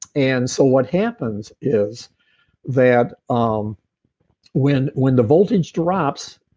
and so what happens is that um when when the voltage drops,